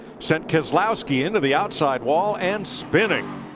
sent keslowski into the outside wall and spinning.